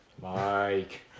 Mike